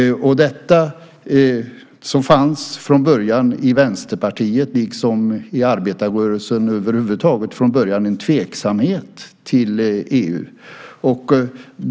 I fråga om detta fanns det från början i Vänsterpartiet liksom i arbetarrörelsen över huvud taget en tveksamhet till EU.